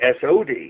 SOD